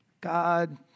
God